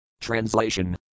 Translation